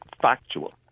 factual